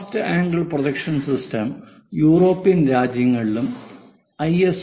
first angle projection system European രാജ്യങ്ങളിലും I